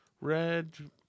Red